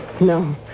no